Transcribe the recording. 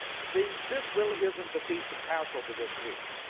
see, this really isn't the feast of passover this week,